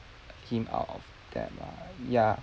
came out of that lah ya